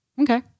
Okay